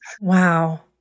Wow